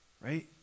right